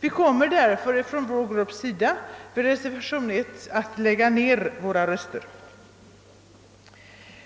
Vi kommer därför från vår grupp att vid omröstningen om reservation I lägga ned våra röster.